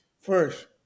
first